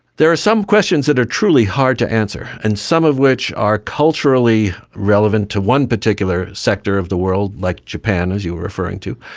there are some questions that are truly hard to answer, and some of which are culturally relevant to one particular sector of the world, like japan as you were referring to,